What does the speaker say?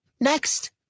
Next